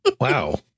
wow